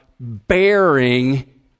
Bearing